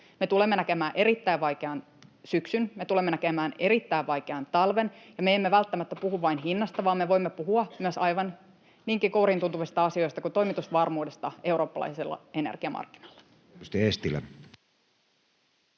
Me tulemme näkemään erittäin vaikean syksyn, me tulemme näkemään erittäin vaikean talven, ja me emme välttämättä puhu vain hinnasta, vaan me voimme puhua myös aivan niinkin kouriintuntuvista asioista kuin toimitusvarmuudesta eurooppalaisella energiamarkkinalla.